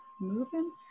Moving